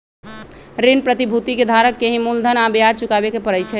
ऋण प्रतिभूति के धारक के ही मूलधन आ ब्याज चुकावे के परई छई